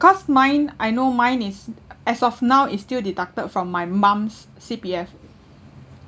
cause mine I know mine is as of now is still deducted from my mum's C_P_F